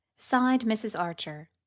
sighed mrs. archer.